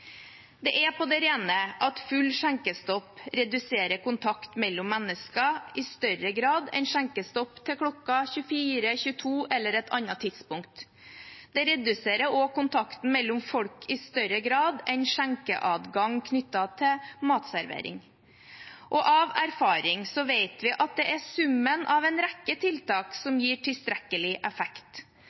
Det er på det rene at full skjenkestopp reduserer kontakt mellom mennesker i større grad enn skjenkestopp til kl. 24, kl. 22 eller et annet tidspunkt. Det reduserer også kontakten mellom folk i større grad enn skjenkeadgang knyttet til matservering. Av erfaring vet vi at det er summen av en rekke tiltak som gir tilstrekkelig effekt.